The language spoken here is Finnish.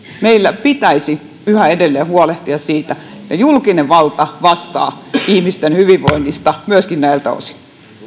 meillä pitäisi yhä edelleen huolehtia siitä että julkinen valta vastaa ihmisten hyvinvoinnista myöskin näiltä osin